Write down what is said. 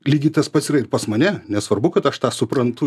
lygiai tas pats yra ir pas mane nesvarbu kad aš tą suprantu